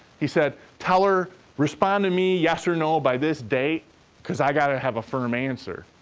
he said, tell her respond to me, yes or no, by this date cause i gotta have a firm answer.